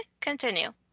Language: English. continue